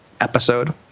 episode